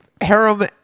harem